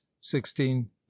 sixteen